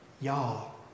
Y'all